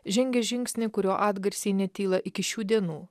žengė žingsnį kurio atgarsiai netyla iki šių dienų